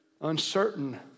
uncertain